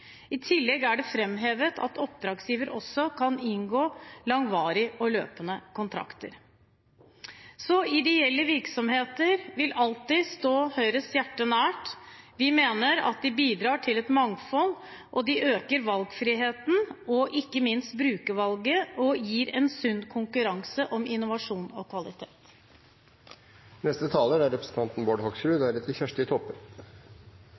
I tillegg er det framhevet at oppdragsgiver også kan inngå langvarige og løpende kontrakter. Ideelle virksomheter vil alltid stå Høyres hjerte nært. Vi mener at de bidrar til et mangfold, og de øker valgfriheten og ikke minst brukervalget og gir en sunn konkurranse om innovasjon og kvalitet. Norge er